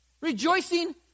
Rejoicing